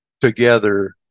together